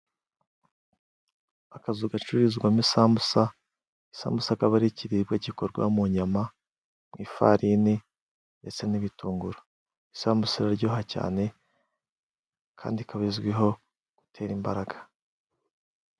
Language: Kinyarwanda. Akazu gacururizwamo isambusa. Isambusa akaba ari ikiribwa gikorwa mu nyama, mu ifarini ndetse n'ibitunguru. Isambu iraryoha cyane kandi ikaba izwiho gutera imbaraga.